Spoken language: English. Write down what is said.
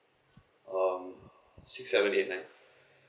um six seven eight nine